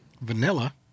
vanilla